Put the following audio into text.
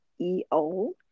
EO